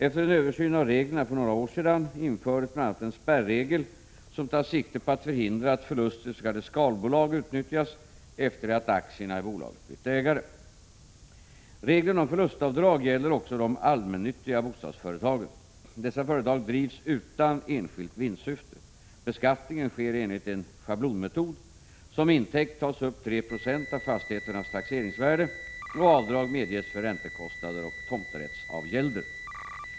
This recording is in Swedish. Efter en översyn av reglerna för några år sedan infördes bl.a. en spärregel som tar sikte på att förhindra att förluster i s.k. skalbolag utnyttjas efter det att aktierna i bolaget bytt ägare. Reglerna om förlustavdrag gäller också de allmännyttiga bostadsföretagen. Dessa drivs utan enskilt vinstsyfte. Beskattningen sker enligt en schablonmetod. Som intäkt tas upp 3 26 av fastigheternas taxeringsvärde, och avdrag medges för räntekostnader och tomträttsavgälder.